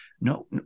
no